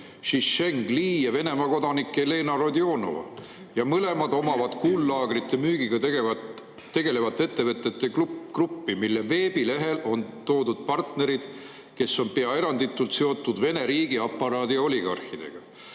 Zhisheng Li ja Venemaa kodanik Elena Rodionova. Mõlemad omavad kuullaagrite müügiga tegelevat ettevõtete gruppi, mille veebilehel on ära toodud partnerid, kes on pea eranditult seotud Vene riigiaparaadi ja oligarhidega,